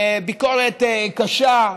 ביקורת קשה.